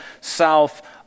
south